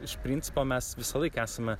iš principo mes visąlaik esame